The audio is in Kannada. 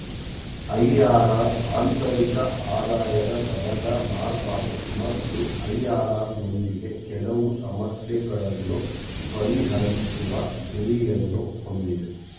ಐ.ಆರ್.ಆರ್ ಆಂತರಿಕ ಆದಾಯದ ದರದ ಮಾರ್ಪಾಡು ಮತ್ತು ಐ.ಆರ್.ಆರ್ ನೊಂದಿಗೆ ಕೆಲವು ಸಮಸ್ಯೆಗಳನ್ನು ಪರಿಹರಿಸುವ ಗುರಿಯನ್ನು ಹೊಂದಿದೆ